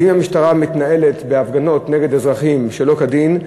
ואם המשטרה מתנהלת בהפגנות נגד אזרחים שלא כדין,